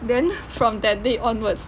then from that day onwards